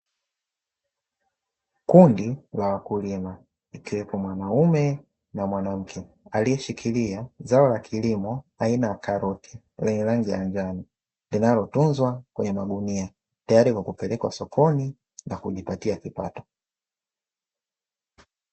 Kundi la wakulima, akiwepo mwanaume na mwanamke aliyeshikilia zao la kilimo aina ya karoti, lenye rangi ya njano, linalotunzwa kwenye magunia, tayari kwa kupelekwa sokoni, na kujipatia kipato.